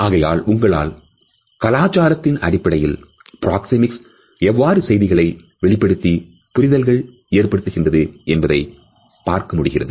ஆகையால் உங்களால் கலாச்சாரத்தின் அடிப்படையில் பிராக்சேமிக்ஸ் ஏவ்வாறு செய்திகளை வெளிப்படுத்தி புரிதல்கள் ஏற்படுகின்றது என்பதை பார்க்க முடிகிறது